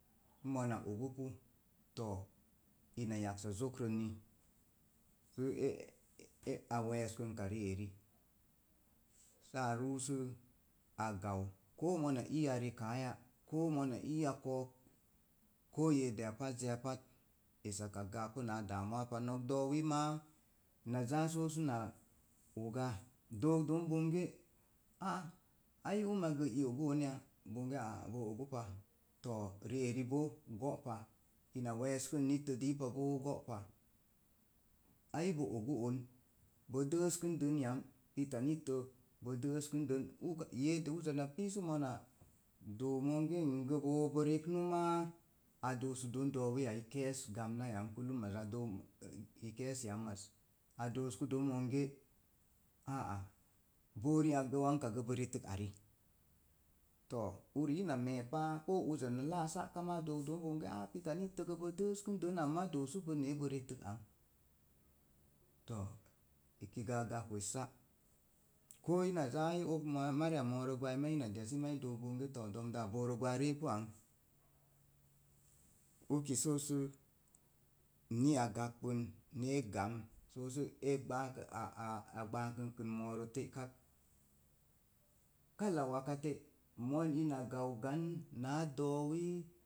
Sə mona ogu pu to ina yaksa zokronni i we̱e̱skənka ri'eri sə a ruu sə a gau koo mona ii a rekaa ya? Koo mona ii a ko̱o̱k koo yeedeya pazzəya pat essakak gə apa náá damuwa pa. nok do̱o̱wi na zaa so suna oga dook don bong ai uma gə i ogu onya? Bonge a'a bo ogu pa to̱o̱ rieri bo go'pa ina we̱e̱skən nittə dii pa boo go'pa. ai bo ogu’ on bo de'eskən den yám pita nittə bo de'eskənden uka yeede uza na pii su mona do̱o̱ monge bo reknu máá a duosuk don do̱o̱wiya á ke̱e̱s gamna yám a dook i ke̱e̱s yámmaz a doosku don monge a'a boo riak wo̱ngka gə bo retik riari to̱o̱ uri ina me̱e̱pa ko̱o̱ uza naa la'sa ma dook don bonge pita nittə gə bo de'eskən amma doosubo ne̱e̱ bo retək ang to̱o̱ eki gə a gak wessa. Koo ina zaa i oka mariya moorə gwa'ai ina desi ma i dook bonge to̱o̱ do̱mdaa booro gwa'az reepu ang uki soo su ni'a gakpin nee gamn sə e gbaa a gbaakənkə mooro te’ kak kala wakate moi ii ina gau gan na do̱o̱wi